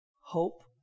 hope